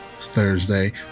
thursday